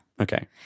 Okay